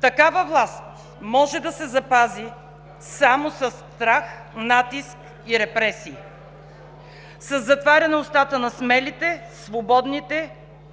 Такава власт може да се запази само със страх, натиск и репресии, със затваряне устата на смелите, свободните